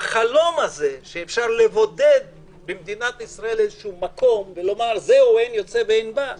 החלום הזה שאפשר לבודד מקום במדינת ישראל ולומר שאין יוצא ואין בא זה